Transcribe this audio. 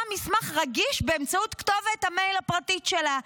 מסמך רגיש באמצעות כתובת המייל הפרטית שלה.